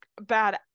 bad